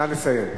נא לסיים.